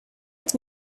its